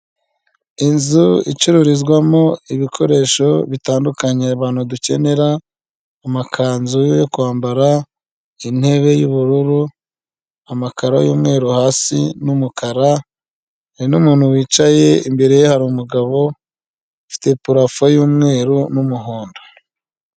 Inzu icururizwamo ibikoresho bitandukanye abantu dukenera amakanzu yo kwambara, intebe y'ubururu, amakaro y'umweru hasi n'umukara, n'umuntu wicaye imbere hari umugabo ufite parofe y'umweru n'umuhondo.